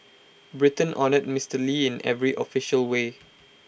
Britain honoured Mister lee in every official way